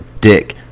dick